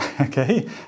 okay